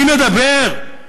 מי מדבר?